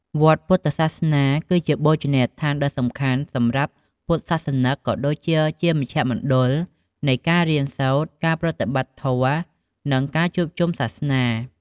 វត្តពុទ្ធសាសនា គឺជាបូជនីយដ្ឋានដ៏សំខាន់សម្រាប់ពុទ្ធសាសនិកជន ក៏ដូចជាជាមជ្ឈមណ្ឌលនៃការរៀនសូត្រ ការប្រតិបត្តិធម៌ និងការជួបជុំសាសនា។